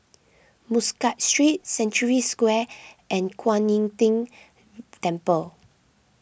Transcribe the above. Muscat Street Century Square and Kuan Im Tng Temple